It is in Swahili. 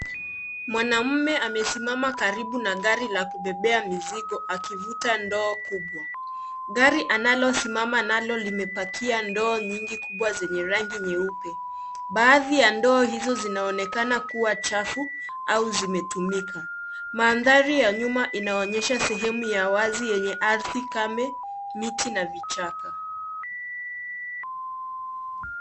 Mwanamume amesimama karibu na gari la kubebea mizigo akivuta ndoo kubwa. Gari analosimama nalo limepakia ndoo nyingi kubwa zenye rangi nyeupe. Baadhi ya ndoo hizo zinaonekana kuwa chafu au zimetumika. Mandhari ya nyuma inaonyesha sehemu ya wazi yenye ardhi kame, miti na vichaka